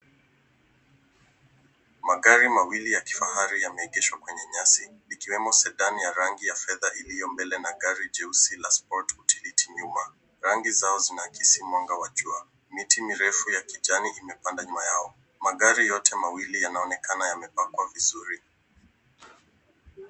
Magari mawili ya kifahari yameegeshwa kwenye nyasi ikiwemo Cedan ya rangi ya fedha iiyo mbele na gari jeusi ya Sport ikiwa nyuma . Rangi zao zinahisi mwanga wa jua. Miti mirefu imepandwa nyuma yao. Magari yote mawili yanaonekana yamepakwa vizuri.